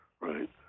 right